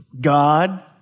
God